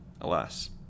Alas